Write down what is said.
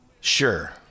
Sure